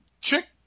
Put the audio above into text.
chick